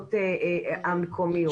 לתרבויות המקומיות.